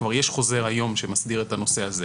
כבר היום יש חוזר שמסדיר את הנושא הזה.